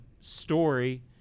story